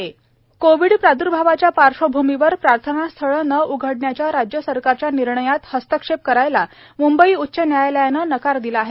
उच्च न्यायालय कोविड प्राद्र्भावाच्या पार्श्वभूमीवर प्रार्थना स्थळं न उघडण्याच्या राज्य सरकारच्या निर्णयात हस्तक्षेप करायला म्ंबई उच्च न्यायालयानं नकार दिला आहे